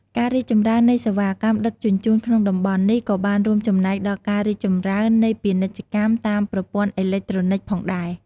ការរីកចម្រើននៃសេវាកម្មដឹកជញ្ជូនក្នុងតំបន់នេះក៏បានរួមចំណែកដល់ការរីកចម្រើននៃពាណិជ្ជកម្មតាមប្រព័ន្ធអេឡិចត្រូនិកផងដែរ។